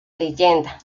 leyenda